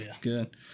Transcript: Good